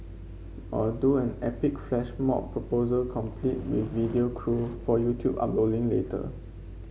or do an epic flash mob proposal complete with video crew for YouTube uploading later